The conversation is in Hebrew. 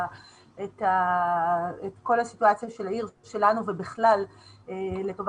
לטפל בכל הסיטואציה של העיר שלנו ובכלל לטובת